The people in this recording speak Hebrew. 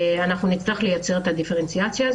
נצטרך לייצר דיפרנציאציה,